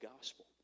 gospel